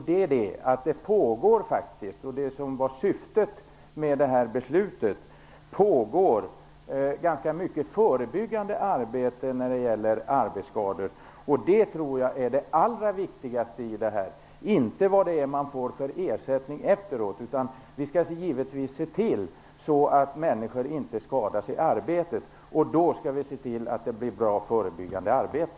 Det pågår nämligen ganska mycket förebyggande arbete när det gäller arbetsskador, och det var också syftet med det här beslutet. Det tror jag är det allra viktigaste här - inte vad man får för ersättning efteråt. Vi skall givetvis se till att människor inte skadas i arbetet, och då måste vi se till att det blir ett bra förebyggande arbete.